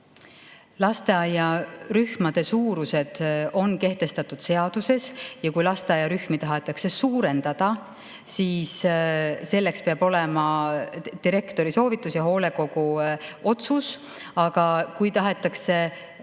Lasteaiarühmade suurused on kehtestatud seaduses ja kui lasteaiarühmi tahetakse suurendada, siis selleks peab olema direktori soovitus ja hoolekogu otsus. Aga kas te